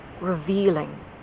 revealing